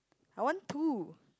I want two